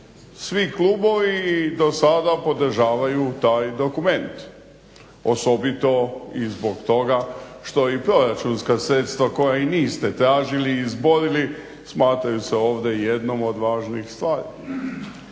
svi klubovi do sada podržavaju taj dokument osobito i zbog toga što i proračunska sredstva koja i niste tražili, izborili smatraju se ovdje jednom od važnih stvari.